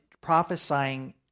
prophesying